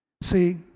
See